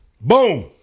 Boom